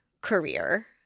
career